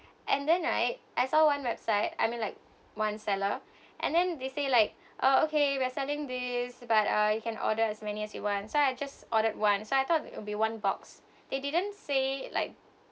and then right I saw one website I mean like one seller and then they say like oh okay we're selling this but uh you can order as many as you want so I just ordered one so I thought it will be one box they didn't say like